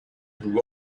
through